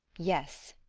yes,